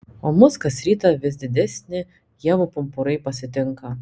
o mus kas rytą vis didesni ievų pumpurai pasitinka